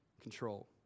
control